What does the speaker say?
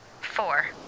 Four